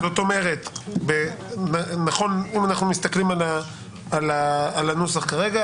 אם אנחנו מסתכלים על הנוסח כרגע,